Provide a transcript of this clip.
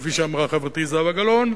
כפי שאמרה חברתי זהבה גלאון,